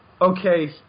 okay